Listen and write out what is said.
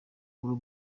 global